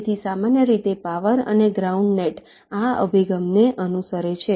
તેથી સામાન્ય રીતે પાવર અને ગ્રાઉન્ડ નેટ આ અભિગમને અનુસરે છે